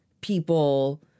people